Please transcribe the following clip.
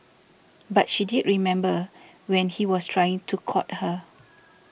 but she did remember when he was trying to court her